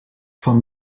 van